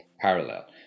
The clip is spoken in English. parallel